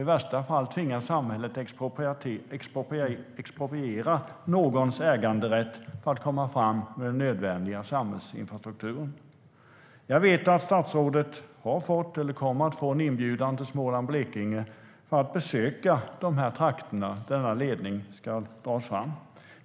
I värsta fall tvingas samhället att expropriera någons äganderätt för att komma fram med nödvändiga samhällsinfrastrukturer. Jag vet att statsrådet har fått eller kommer att få en inbjudan till Småland och Blekinge för att besöka de trakter där denna ledning ska dras fram.